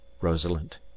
rosalind